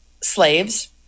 slaves